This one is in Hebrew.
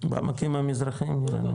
בעמקים המזרחיים.